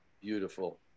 Beautiful